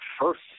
first